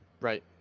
Right